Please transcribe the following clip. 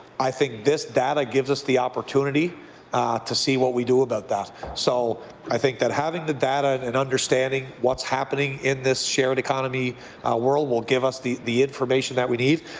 i think that data gives us the opportunity to see what we do about that. so i think that having the data and understanding what's happening in this shared economy world will give us the the information that we need.